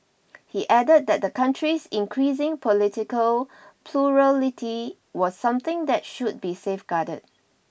he added that the country's increasing political plurality was something that should be safeguarded